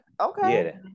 Okay